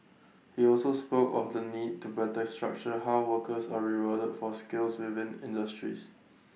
he also spoke of the need to better structure how workers are rewarded for skills within industries